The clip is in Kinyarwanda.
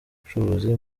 ubucuruzi